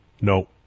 No